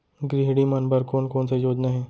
गृहिणी मन बर कोन कोन से योजना हे?